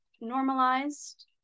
normalized